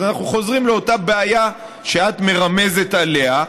אנחנו חוזרים לאותה בעיה שאת מרמזת עליה,